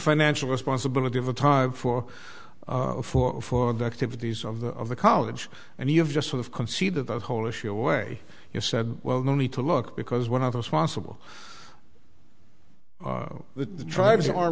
financial responsibility of a time for for for the activities of the college and you've just sort of conceded the whole issue away you said well no need to look because one of those possible the tribes are